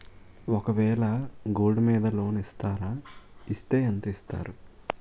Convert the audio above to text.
ఒక వేల గోల్డ్ మీద లోన్ ఇస్తారా? ఇస్తే ఎంత ఇస్తారు?